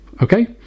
Okay